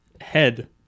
head